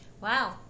Wow